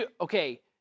Okay